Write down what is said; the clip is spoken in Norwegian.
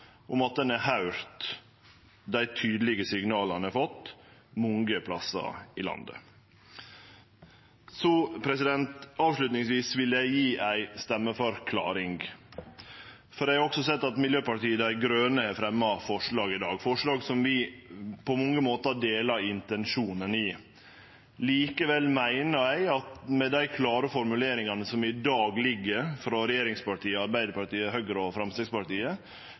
om at ein har høyrt dei tydelege signala ein har fått mange plassar i landet. Avslutningsvis vil eg gje ei stemmeforklaring. Eg har sett at Miljøpartiet Dei Grøne også har fremja forslag i dag, forslag som vi på mange måtar deler intensjonen i. Likevel meiner eg at med dei klare formuleringane som i dag ligg frå regjeringspartia, Arbeiderpartiet og Framstegspartiet,